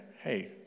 Hey